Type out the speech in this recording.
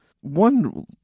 One